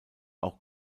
auch